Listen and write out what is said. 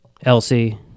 Elsie